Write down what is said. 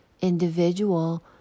individual